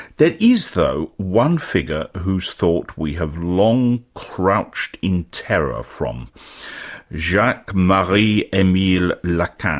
there is, though, one figure whose thought we have long crouched in terror from jacques marie emile lacan,